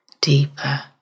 deeper